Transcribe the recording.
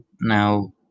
Now